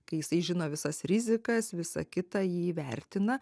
kai jisai žino visas rizikas visą kitą jį vertina